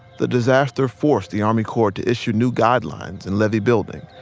the disaster forced the army corps to issue new guidelines in levee building,